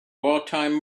wartime